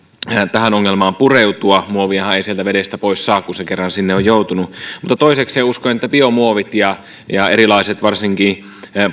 tähän ongelmaan pureutua muoviahan ei sieltä vedestä pois saa kun se kerran sinne on joutunut mutta toisekseen uskon että biomuovit ja ja erilaiset varsinkin